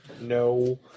no